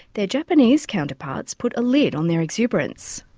their japanese counterparts put a lid on their exuberance.